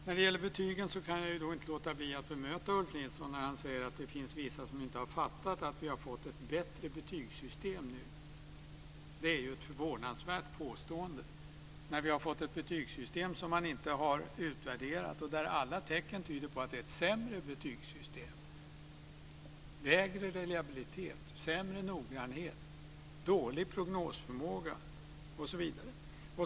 När det gäller betygen kan jag då inte låta bli att bemöta Ulf Nilsson när han säger att det finns vissa som inte har fattat att vi har fått ett bättre betygssystem nu. Det är ju ett förvånansvärt påstående, när vi har fått ett betygssystem som man inte har utvärderat, och där alla tecken tyder på att det är ett sämre betygssystem. Det har lägre reliabilitet, sämre noggrannhet, dålig prognosförmåga osv.